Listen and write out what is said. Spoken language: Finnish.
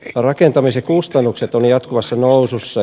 rakentamisen kustannukset ovat jatkuvassa nousussa